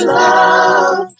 love